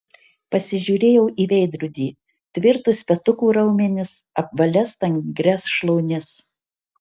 pasižiūrėjau į veidrodį tvirtus petukų raumenis apvalias stangrias šlaunis